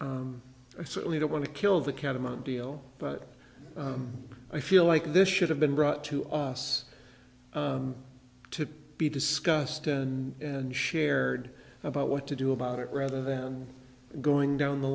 mean i certainly don't want to kill the catamount deal but i feel like this should have been brought to us to be discussed and shared about what to do about it rather than going down the